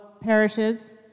parishes